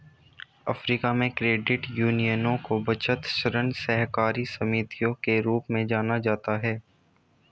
Africa में, credit यूनियनों को बचत, ऋण सहकारी समितियों के रूप में जाना जाता है